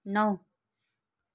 नौ